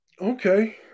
Okay